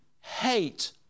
hate